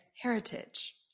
heritage